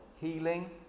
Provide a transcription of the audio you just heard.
healing